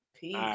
Peace